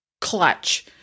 clutch